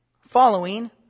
following